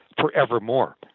forevermore